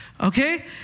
okay